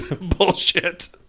bullshit